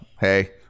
Hey